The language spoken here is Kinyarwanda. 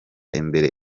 imbere